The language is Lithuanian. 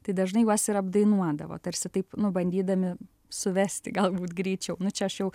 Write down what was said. tai dažnai juos ir apdainuodavo tarsi taip nu bandydami suvesti galbūt greičiau nu čia aš jau